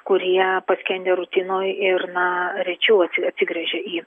kurie paskendę rutinoj ir na rečiau atsi atsigręžia į